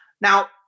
Now